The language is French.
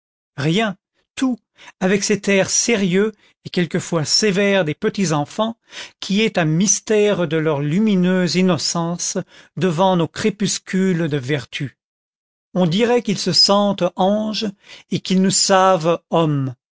rien tout avec cet air sérieux et quelquefois sévère des petits enfants qui est un mystère de leur lumineuse innocence devant nos crépuscules de vertus on dirait qu'ils se sentent anges et qu'ils nous savent hommes